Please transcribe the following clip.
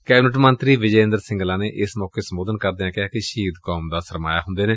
cabinet ਮੰਤਰੀ ਵਿਜੇ ਇੰਦਰ ਸਿੰਗਲਾ ਨੇ ਏਸ ਮੌਕੇ ਸੰਬੋਧਨ ਕਰਦਿਆਂ ਕਿਹਾ ਕਿ ਸ਼ਹੀਦ ਕੌਮ ਦਾ ਸਰਮਾਇਆ ਹੁੰਦੇ ਨੇ